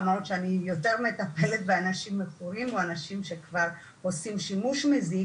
למרות שאני יותר מטפלת באנשים מכורים או באנשים שכבר עושים שימוש מזיק